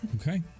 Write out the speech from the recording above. Okay